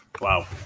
Wow